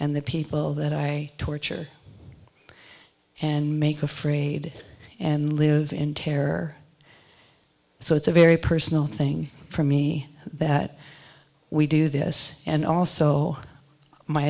and the people that i torture and make afraid and live in terror so it's a very personal thing for me that we do this and also my